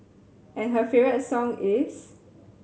and her favourite song is